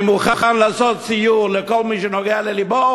אני מוכן לעשות סיור לכל מי שזה נוגע ללבו.